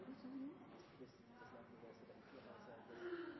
den proposisjonen som nå